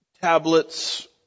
tablets